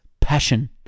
Passion